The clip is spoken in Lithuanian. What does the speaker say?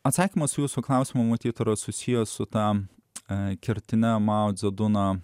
atsakymas jūsų klausimo matyt yra susijęs su ta e kertina mao dze duno